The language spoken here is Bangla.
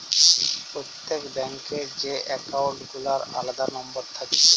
প্রত্যেক ব্যাঙ্ক এ যে একাউল্ট গুলার আলাদা লম্বর থাক্যে